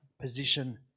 position